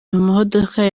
imodoka